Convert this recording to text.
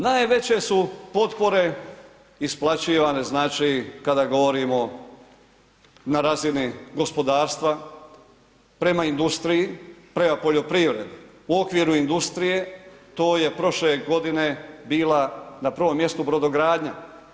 Najveće su potpore isplaćivane znači kada govorimo na razini gospodarstva prema industriji, prema poljoprivredi, u okviru industrije, to je prošle godine bila na prvom mjestu brodogradnja.